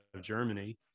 Germany